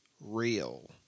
real